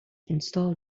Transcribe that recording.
install